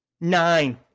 Nine